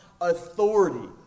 authority